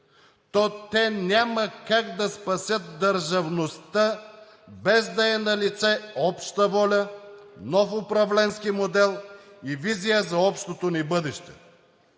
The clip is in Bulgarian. то те няма как да спасят държавността, без да е налице обща воля, нов управленски модел и визия за общото ни бъдеще.